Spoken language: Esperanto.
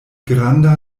granda